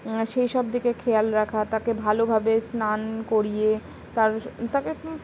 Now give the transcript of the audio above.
সেই সব দিকে খেয়াল রাখা তাকে ভালোভাবে স্নান করিয়ে তার তাকে